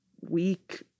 weak